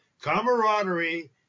camaraderie